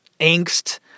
angst